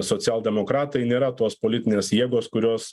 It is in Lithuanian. socialdemokratai nėra tos politinės jėgos kurios